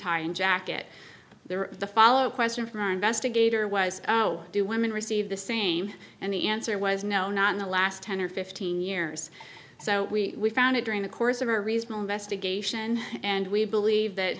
tie and jacket there the follow up question for our investigator was do women receive the same and the answer was no not in the last ten or fifteen years so we found it during the course of a reasonable investigation and we believe that